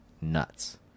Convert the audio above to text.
nuts